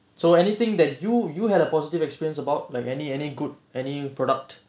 so anything that you you had a positive experience about like any any good any product